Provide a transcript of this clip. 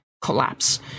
collapse